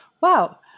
wow